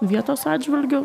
vietos atžvilgiu